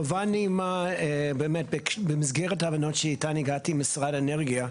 חובה נעימה באמת במסגרת ההבנות שעליהן הגעתי עם משרד האנרגיה,